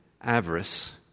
avarice